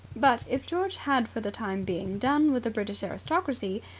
but if george had for the time being done with the british aristocracy,